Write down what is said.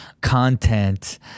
content